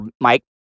Mike